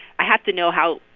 i have to know how,